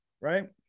right